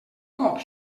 cop